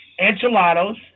enchiladas